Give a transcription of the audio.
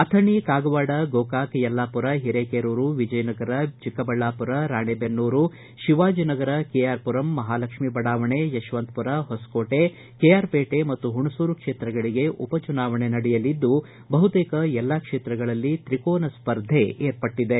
Athani Kagwad Gokak Yellapur Hirekerur Vijayanagara Chikkaballapur Ranebennur Shivajinagar K R Puram Mahalakshmi ಬಡಾವಣೆ Yeshwanthpur Hoskote K R Pete ಮತ್ತು ಹುಣಸೂರು ಕ್ಷೇತ್ರಗಳಿಗೆ ಉಪಚುನಾವಣೆ ನಡೆಯಲಿದ್ದು ಬಹುತೇಕ ಎಲ್ಲಾ ಕ್ಷೇತಗಳಲ್ಲಿ ತ್ರಿಕೋನ ಸ್ಪರ್ಧೆ ಏರ್ಪಟ್ಟದೆ